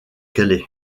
calais